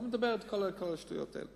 אני לא מדבר על כל השטויות האלה.